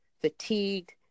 fatigued